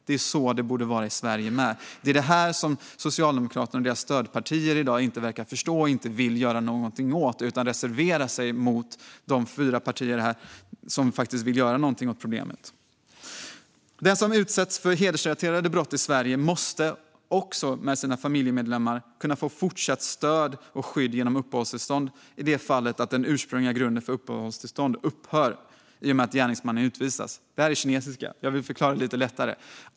Så borde det vara också i Sverige. Det är det som Socialdemokraterna och deras stödpartier inte verkar förstå i dag och som de inte vill göra någonting åt. De reserverar sig mot de fyra partier som faktiskt vill göra någonting åt problemet. Den som utsätts för hedersrelaterade brott i Sverige måste kunna få fortsatt skydd med sina familjemedlemmar genom uppehållstillstånd även i de fall den ursprungliga grunden för uppehållstillstånd upphör i och med att gärningsmannen utvisas. Det här är kinesiska. Jag ska förklara lite bättre.